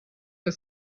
the